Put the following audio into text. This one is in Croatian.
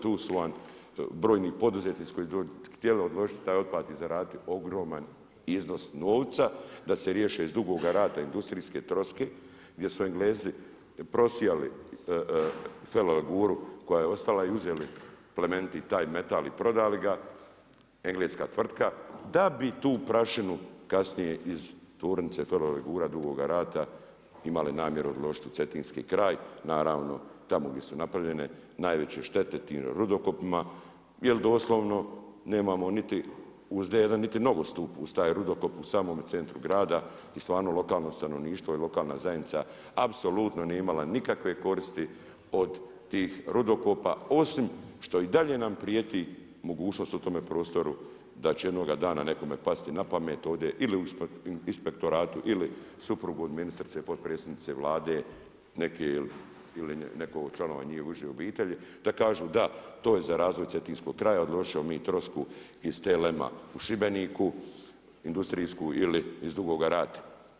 Tu su vam brojni poduzetnici koji bi htjeli odložiti taj otpad i zaraditi ogroman iznos novca da se riješe iz Dugoga Rata industrijske troske gdje su Englezi prosijali feroleguru koja je ostala i uzeli plemeniti taj metal i prodali ga, engleska tvrtka da bi tu prašinu kasnije iz Tvornice Ferolegura Dugoga Rata imali namjeru odložiti u cetinski kraj, naravno tamo gdje su napravljene najveće štete tim rudokopima jel doslovno nema niti … niti nogostup uz taj rudokop u samome centru grada i stvarno lokalno stanovništvo i lokalna zajednica apsolutno nije imala nikakve koristi od tih rudokopa osim što i dalje nam prijeti mogućnost u tome prostoru da će jednoga dana nekome pasti na pamet ili u inspektoratu ili suprugu od ministrice potpredsjednice Vlade neke ili nekoga od članova njihov uže obitelji da kažu da to je za razvoj cetinskog kraja, odložit ćemo mi trosku iz TLM-a u Šibeniku industrijsku ili iz Dugoga Rata.